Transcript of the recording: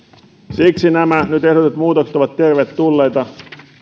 siksi nämä nyt ehdotetut muutokset ovat tervetulleita